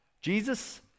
Jesus